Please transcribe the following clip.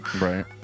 Right